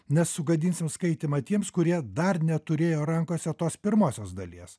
nes sugadinsim skaitymą tiems kurie dar neturėjo rankose tos pirmosios dalies